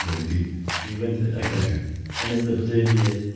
yeah we did you went. okay and is the hudaibiya?